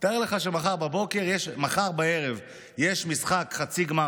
תאר לך שמחר בערב יש משחק חצי גמר,